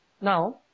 now